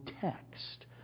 text